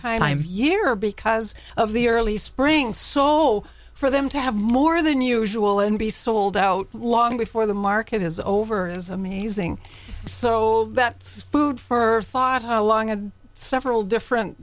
i'm year because of the early spring so for them to have more than usual and be sold out long before the market is over is amazing so that's food for thought how long a several different